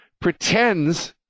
pretends